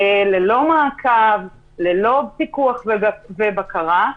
ללא מעקב, ללא פיקוח ובקרה.